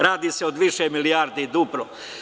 Radi se o više milijardi duplo.